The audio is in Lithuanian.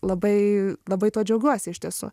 labai labai tuo džiaugiuosi iš tiesų